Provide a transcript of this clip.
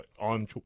on